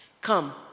Come